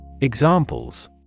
Examples